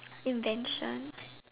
invention